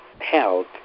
Held